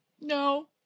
No